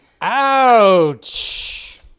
ouch